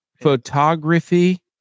Photography